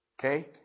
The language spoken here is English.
Okay